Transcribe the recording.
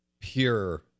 pure